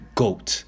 goat